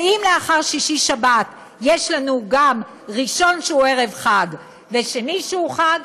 ואם לאחר שישי-שבת יש לנו גם ראשון שהוא ערב חג ושני שהוא חג,